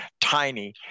tiny